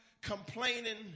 complaining